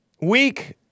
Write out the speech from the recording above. Weak